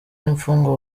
n’imfungwa